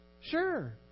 Sure